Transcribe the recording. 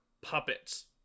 puppets